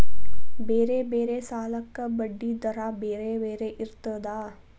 ಬೇರೆ ಬೇರೆ ಸಾಲಕ್ಕ ಬಡ್ಡಿ ದರಾ ಬೇರೆ ಬೇರೆ ಇರ್ತದಾ?